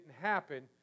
happen